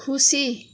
खुसी